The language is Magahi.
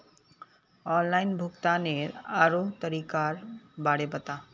ऑनलाइन भुग्तानेर आरोह तरीकार बारे बता